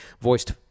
voiced